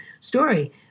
story